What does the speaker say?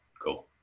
cool